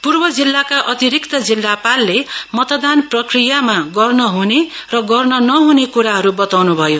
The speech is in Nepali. पूर्व जिल्लाका अतिरिक्त जिल्लापालले मतदान प्रक्रियामा गर्न हुने र गर्न नह्ने कुराहरू बताउनुभयो